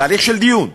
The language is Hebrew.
תהליך של דיון,